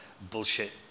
bullshit